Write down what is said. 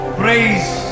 praise